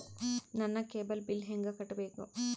ನನ್ನ cable bill ಹೆಂಗ ಕಟ್ಟಬೇಕು?